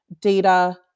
data